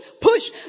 push